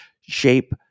shape